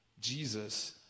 Jesus